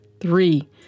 Three